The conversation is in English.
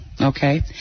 Okay